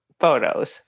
photos